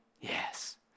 yes